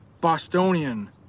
Bostonian